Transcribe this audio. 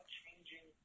changing